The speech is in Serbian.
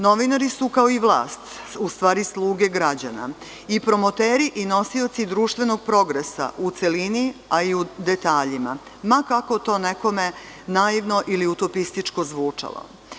Novinari su kao i vlast, u stvari, sluge građana i promoteri i nosioci društvenog progresa u celini, a i u detaljima, ma kako to nekom naivno ili utopističko zvučalo.